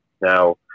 Now